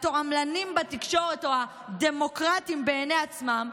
התועמלנים בתקשורת או הדמוקרטים בעיני עצמם,